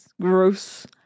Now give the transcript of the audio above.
Gross